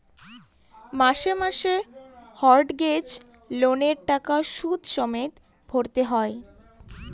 মাসে মাসে মর্টগেজ লোনের টাকা সুদ সমেত ভরতে হয়